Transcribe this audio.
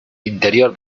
interior